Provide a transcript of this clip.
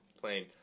playing